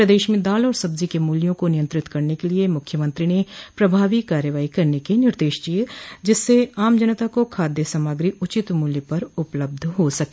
प्रदेश में दाल और सब्जी के मूल्यों को नियंत्रित करने के लिए मुख्यमंत्री न प्रभावी कार्रवाई करने के निर्देश दिये जिसस आम जनता को खाद्य सामग्री उचित मूल्य पर उपलब्ध हो सके